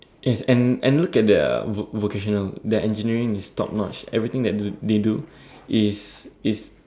yes and and look at the vo~ vocational their engineering is too notch everything that they do is is